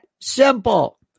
simple